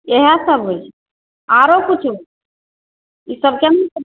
इएह सभ होइ छै आरो किछो ई सभ